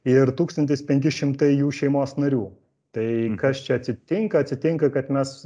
ir tūkstantis penki šimtai jų šeimos narių tai kas čia atsitinka atsitinka kad mes